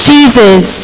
Jesus